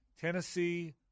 Tennessee